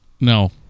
No